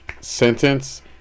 sentence